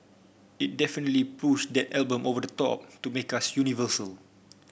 it definitely pushed that album over the top to make us universal